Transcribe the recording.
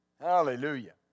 Hallelujah